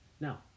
Now